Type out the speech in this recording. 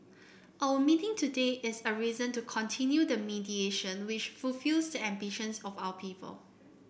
our meeting today is a reason to continue the mediation which fulfils the ambitions of our people